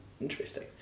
Interesting